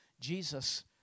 Jesus